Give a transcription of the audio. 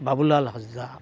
Babulal Hansda